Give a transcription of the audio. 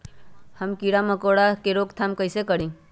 हम किरा मकोरा के रोक थाम कईसे करी?